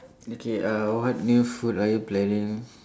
okay uh what new food are you planning